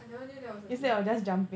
I never knew that was a thing